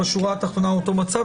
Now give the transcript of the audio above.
בשורה התחתונה זה אותו מצב.